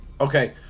Okay